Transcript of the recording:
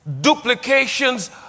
duplications